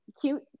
cute